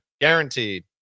Guaranteed